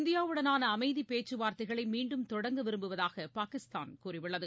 இந்தியாவுடனானஅமைதிப் பேச்சுவார்த்தைகளைமீண்டும் தொடங்க விரும்புவதாகபாகிஸ்தான் கூறியுள்ளது